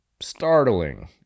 startling